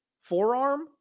forearm